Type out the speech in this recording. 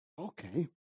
okay